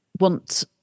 want